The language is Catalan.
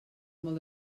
molt